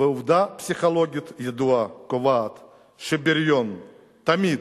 ועובדה פסיכולוגית ידועה קובעת שבריון תמיד,